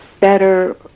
better